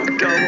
go